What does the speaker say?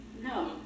No